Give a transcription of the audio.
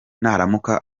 naramuka